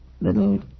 little